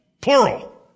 plural